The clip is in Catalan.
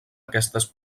aquestes